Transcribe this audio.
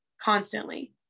Constantly